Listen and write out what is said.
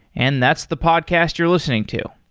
and that's the podcast you're listening to.